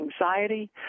anxiety